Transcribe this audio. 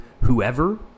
whoever